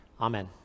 Amen